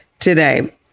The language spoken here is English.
Today